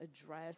address